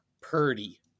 Purdy